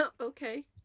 Okay